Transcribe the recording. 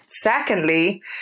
secondly